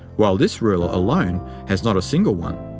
while this ruler alone has not a single one.